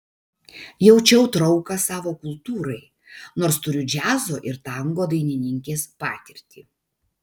jaučiau trauką savo kultūrai nors turiu džiazo ir tango dainininkės patirtį